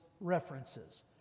references